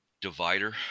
divider